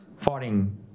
fighting